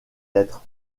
lettres